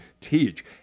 teach